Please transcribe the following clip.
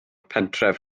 pentref